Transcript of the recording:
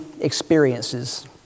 experiences